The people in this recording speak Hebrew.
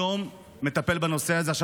מטפל בנושא הזה יום-יום.